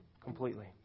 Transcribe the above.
completely